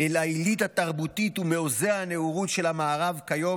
אל העילית התרבותית ומעוזי הנאורות של המערב כיום